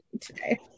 today